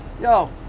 yo